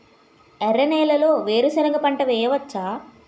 ఎర్ర నేలలో వేరుసెనగ పంట వెయ్యవచ్చా?